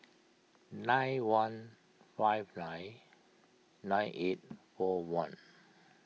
nine one five nine nine eight four one